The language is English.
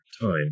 time